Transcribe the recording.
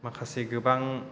माखासे गोबां